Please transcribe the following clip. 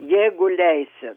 jeigu leisit